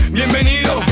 bienvenido